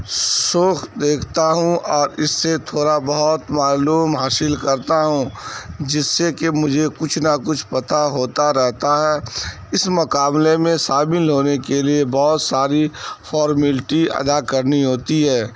شو دیکھتا ہوں اور اس سے تھوڑا بہت معلوم حاصل کرتا ہوں جس سے کہ مجھے کچھ نہ کچھ پتا ہوتا رہتا ہے اس مقابلے میں شامل ہونے کے لیے بہت ساری فارملٹی ادا کرنی ہوتی ہے